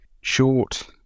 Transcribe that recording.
short